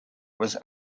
was